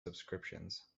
subscriptions